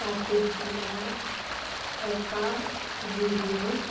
तातूंतल्या एका विडियोंत